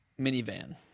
minivan